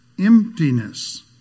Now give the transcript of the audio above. emptiness